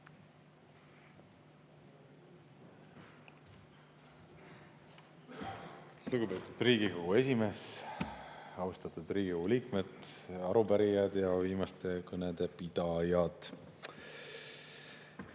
Lugupeetud Riigikogu esimees! Austatud Riigikogu liikmed, arupärijad ja viimaste kõnede pidajad!